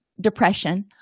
depression